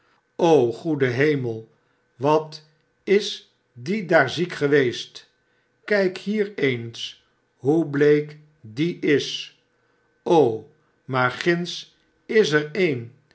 goede hemel wat is die daar ziek geweest b k ij k hier eens hoe bleek die is maar girids is er een